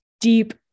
deep